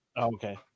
Okay